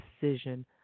decision